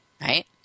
Right